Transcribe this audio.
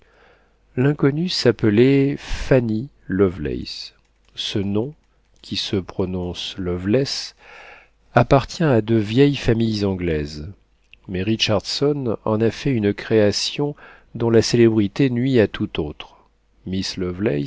l'inconnue s'appelait fanny lovelace ce nom qui se prononce loveless appartient à de vieilles familles anglaises mais richardson en a fait une création dont la célébrité nuit à toute autre